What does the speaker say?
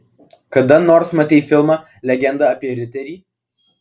kada nors matei filmą legenda apie riterį